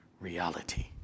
reality